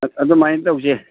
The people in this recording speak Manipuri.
ꯑꯗꯨꯃꯥꯏ ꯇꯧꯁꯦ